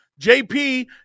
JP